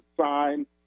sign